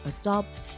adopt